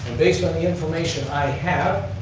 based on the information i have,